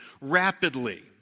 rapidly